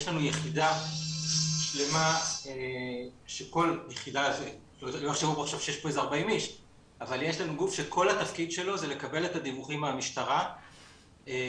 יש לנו גוף שכל התפקיד שלו זה לקבל את הדיווחים מהמשטרה ולהעביר